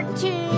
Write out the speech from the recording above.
two